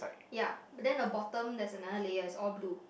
ya but then the bottom there's another layer is all blue